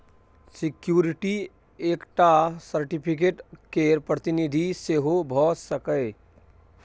security एकटा certificate केर प्रतिनिधि सेहो भ सकैए